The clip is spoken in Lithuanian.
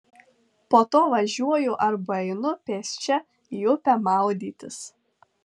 po to važiuoju arba einu pėsčia į upę maudytis